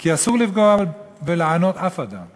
כי אסור לפגוע ולענות אף אדם,